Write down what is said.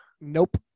Nope